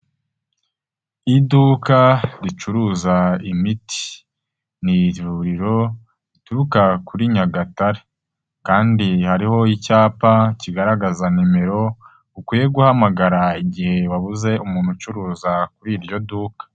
Iduka ricuruza imiti, ni ivuriro rituruka kuri Nyagatare kandi hariho icyapa kigaragaza nimero, ukwiye guhamagara, igihe wabuze umuntu ucuruza kuri iryo duka.